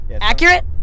Accurate